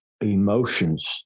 emotions